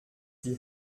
die